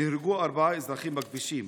נהרגו ארבעה אזרחים בכבישים.